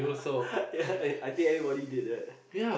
ya I I think everybody did that